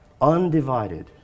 undivided